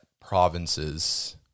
provinces